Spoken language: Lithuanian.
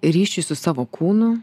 ryšį su savo kūnu